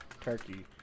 turkey